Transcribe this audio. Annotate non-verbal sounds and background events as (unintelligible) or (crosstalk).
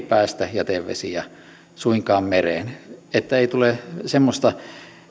(unintelligible) päästä jätevesiä suinkaan mereen että ei tule semmoista